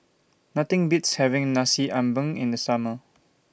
Nothing Beats having Nasi Ambeng in The Summer